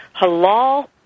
halal